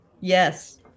Yes